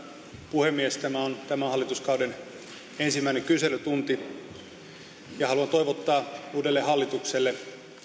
puhemies tämä on tämän hallituskauden ensimmäinen kyselytunti ja haluan toivottaa uudelle hallitukselle